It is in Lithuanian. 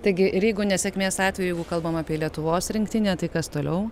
taigi ir jeigu nesėkmės atveju jeigu kalbam apie lietuvos rinktinę tai kas toliau